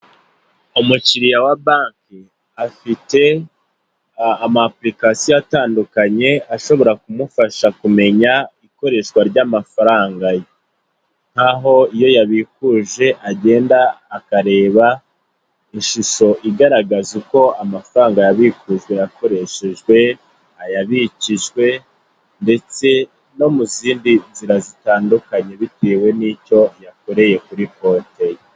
Umukiriya wa banki afite ama apurikasiyo atandukanye ashobora kumufasha kumenya ikoreshwa ry'amafaranga, nk'aho iyo yabikuje agenda akareba ishusho igaragaza uko amafaranga yabikujwe yakoreshejwe, ayabikijwe ndetse no mu zindi nzira zitandukanye bitewe n'icyo yakoreye kuri konte ye.